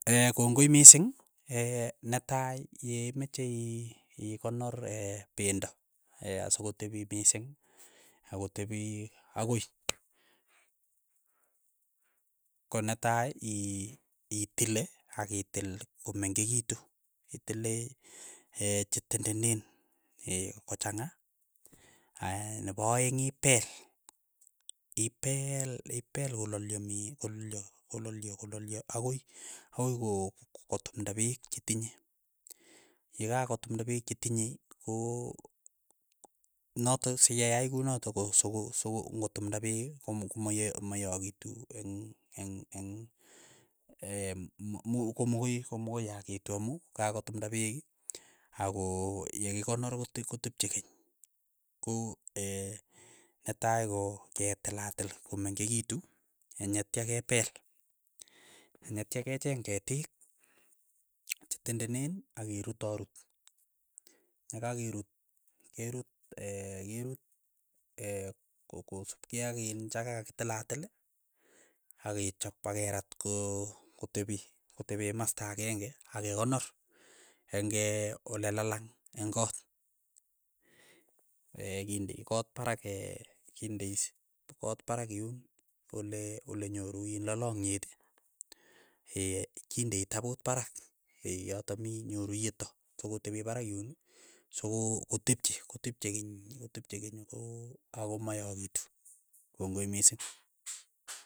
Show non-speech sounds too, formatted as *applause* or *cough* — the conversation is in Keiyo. *hesitation* kongoi mising, *hesitation* netai yeimeche ii ikonor *hesitation* pendo *hesitation* asikotepi mising akotepi akoi, ko netai ii- itile akitil komeng'ekitu, itile *hesitation* chetendenen *hesitation* kochanga aya nepo aeng' ipeel. ipeel ipeel kolalyo mi kolalyo kolalyo kolalyo akoi akoi ko kotumda peek chetinye, yekakotumnda peek chetinyei ko notok sikeyai kunotok ko soko soko ng'otumnda peek kom- kom- koamayakitu eng' eng' eng' *hesitation* mu komoko komokoi yakitu amu kakotumnda peek ako yekikonor kote kotepche keny, ko *hesitation* netai ko ketil a til komeng'ekitu e netya kepeel, netya kecheng ketiik chetendenen akerutarut, nyekakerut kerut *hesitation* kerut ko- ko- kosupkei ak in chakakitilatil, akechop akerat ko kotepi kotepe masta akenge. akekonor eng' *hesitation* olelalang, eng' koot, *hesitation* kindei koot parak *hesitation* kindei koot parak yun ole ole nyoru iin lalangiet *hesitation* kindei taput parak *hesitation* yotok mi nyoru iyeto, sokotepee parak yun soko kotepchi kotepche keny, ako mayakitu, kongoi mising.